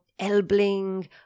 Elbling